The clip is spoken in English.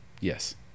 Yes